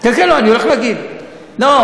כן כן, אני הולך להגיד, הבנתי.